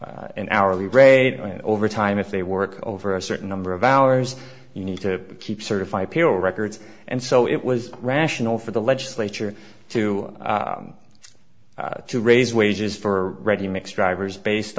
s an hourly rate on overtime if they work over a certain number of hours you need to keep certify payroll records and so it was rational for the legislature to to raise wages for ready mix drivers based